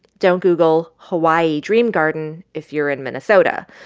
don't google hawaii dream garden if you're in minnesota.